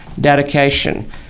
dedication